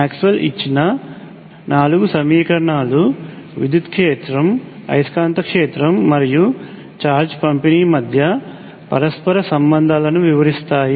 Maxwell ఇచ్చిన నాలుగు సమీకరణాలు విద్యుత్ క్షేత్రం అయస్కాంత క్షేత్రం మరియు ఛార్జ్ పంపిణీ మధ్య పరస్పర సంబంధాలను వివరిస్తాయి